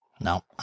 No